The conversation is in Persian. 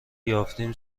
یافتیم